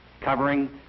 covering